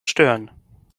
stören